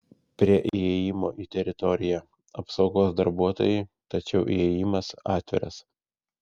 prie įėjimo į teritoriją apsaugos darbuotojai tačiau įėjimas atviras